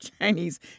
Chinese